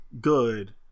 good